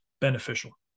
beneficial